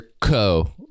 Co